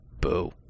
Boo